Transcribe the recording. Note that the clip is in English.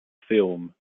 film